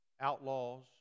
outlaws